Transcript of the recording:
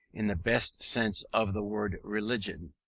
in the best sense of the word religion,